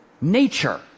nature